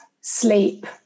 sleep